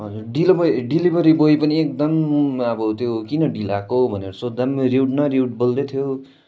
हजुर deli delivery boy पनि एकदम अब त्यो किन ढिलो आएको भनेर सोध्दा पनि रियूड न रियूड बोल्दैथियोे